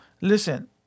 Listen